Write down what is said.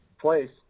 place